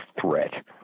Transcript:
threat